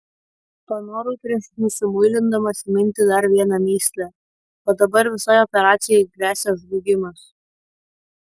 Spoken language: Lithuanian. panorau prieš nusimuilindamas įminti dar vieną mįslę o dabar visai operacijai gresia žlugimas